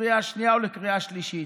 לקריאה השנייה ולקריאה השלישית.